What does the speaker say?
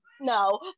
no